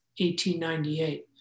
1898